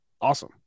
awesome